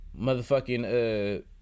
motherfucking